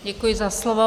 Děkuji za slovo.